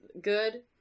good